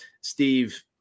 Steve